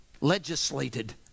legislated